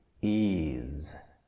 ease